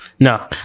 No